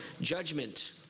judgment